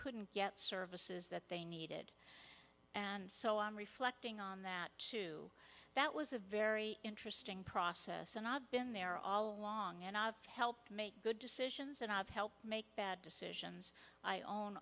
couldn't get services that they needed and so i'm reflecting on that too that was a very interesting process and i've been there all along and i've helped make good decisions and i've helped make bad decisions i own